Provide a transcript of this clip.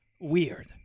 weird